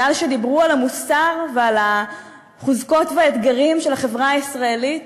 משום שדיברו על המוסר ועל החוזקות והאתגרים של החברה הישראלית,